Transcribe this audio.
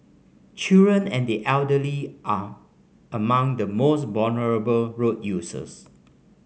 children and the elderly are among the most vulnerable road users